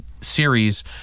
series